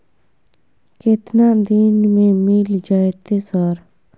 केतना दिन में मिल जयते सर?